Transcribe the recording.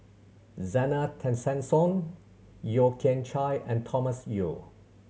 Zena Tessensohn Yeo Kian Chye and Thomas Yeo